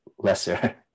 Lesser